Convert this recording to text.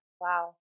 Wow